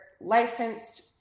licensed